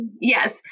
yes